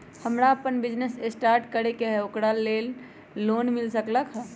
हमरा अपन business start करे के है ओकरा लेल लोन मिल सकलक ह?